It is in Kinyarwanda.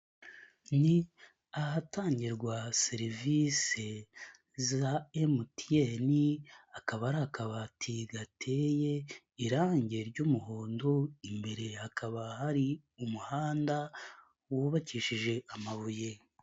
Ni ahatangirwa serivise za MTN akaba ari akabati gateye irange ry'umuhondo, imbere hakaba hari umuhanda wubakishije amabuye.